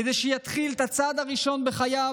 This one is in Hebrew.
כדי שיתחילו את הצעד הראשון בחייהם